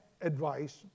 advice